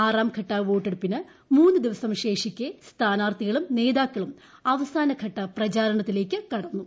ആറാം ഘട്ട വോട്ടെടുപ്പിന് മൂന്ന് ദിവസം ശേഷിക്കെ സ്ഥാനാർത്ഥികളും നേതാക്കളും അവസാനഘട്ട പ്രചാരണത്തിലേക്ക് കടന്നു